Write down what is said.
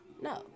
No